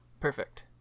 Perfect